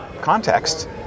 context